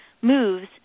moves